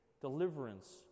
deliverance